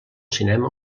cinema